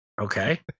okay